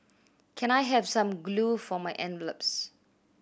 can I have some glue for my envelopes